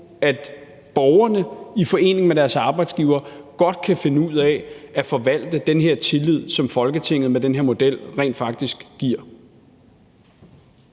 at borgerne i forening med deres arbejdsgiver godt kan finde ud af at forvalte den her tillid, som Folketinget med den her model rent faktisk giver